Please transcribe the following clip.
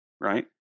right